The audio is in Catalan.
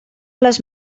les